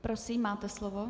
Prosím, máte slovo.